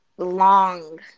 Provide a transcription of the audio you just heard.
long